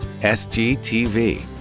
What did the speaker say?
SGTV